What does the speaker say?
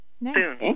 Nice